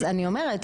אז אני אומרת,